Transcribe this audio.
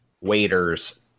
waiters